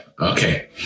okay